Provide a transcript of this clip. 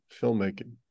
filmmaking